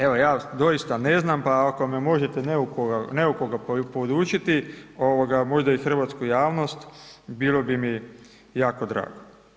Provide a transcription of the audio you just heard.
Evo, ja doista ne znam pa ako me možete neukoga podučiti ovoga možda i hrvatsku javnost bilo bi mi jako drago.